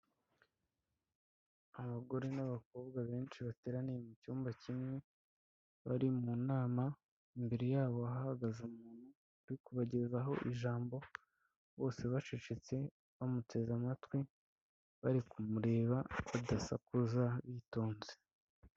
Abagore n'abakobwa benshi bateraniye mu cyumba kimwe bari mu nama, imbere yabo hahagaze umuntu uri kubagezaho ijambo bose bacecetse bamuteze amatwi bari kumureba badasakuza bitonze.